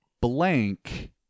blank